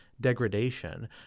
degradation